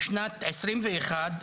בשנת 2021,